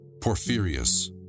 Porphyrius